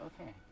okay